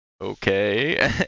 okay